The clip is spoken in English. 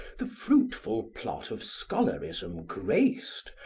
the fruitful plot of scholarism grac'd,